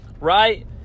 right